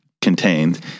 contained